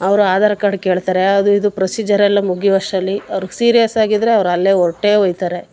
ಅವರು ಆಧಾರ್ ಕಾರ್ಡ್ ಕೇಳ್ತಾರೆ ಅದೂ ಇದು ಪ್ರೊಸೀಜರ್ ಎಲ್ಲ ಮುಗಿಯೋ ಅಷ್ಟ್ರಲ್ಲಿ ಅವ್ರಿಗೆ ಸೀರಿಯಸ್ ಆಗಿದ್ದರೆ ಅವರಲ್ಲೆ ಹೊರಟೇ ಹೋಗ್ತಾರೆ